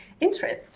interest